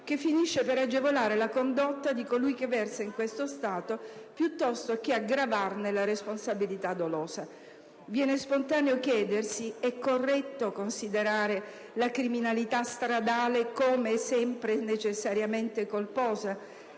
che finisce per agevolare la condotta di colui che versa in questo stato piuttosto che aggravarne la responsabilità dolosa. Viene spontaneo chiedersi: è corretto considerare la criminalità "stradale" come sempre e necessariamente colposa?